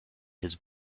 his